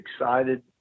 excited